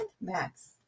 Max